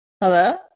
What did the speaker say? Hello